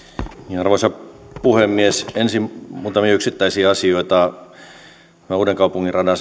arvoisa puhemies ensin muutamia yksittäisiä asioita tämä uudenkaupungin radan